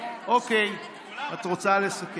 אוקיי, את רוצה לסכם.